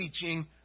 teaching